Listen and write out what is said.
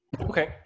Okay